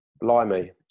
Blimey